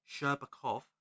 Sherbakov